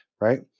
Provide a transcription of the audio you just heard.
right